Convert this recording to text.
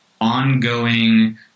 ongoing